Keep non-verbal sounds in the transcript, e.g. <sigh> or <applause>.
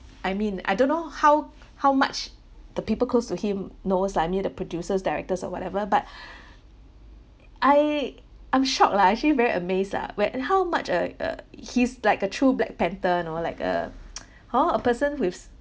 I mean I don't know how how much the people close to him knows lah I mean the producers directors or whatever but <breath> I I'm shocked lah I actually very amazed lah where and how much uh ugh he's like a true black panther you know like uh <noise> hor a person who is